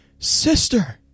Sister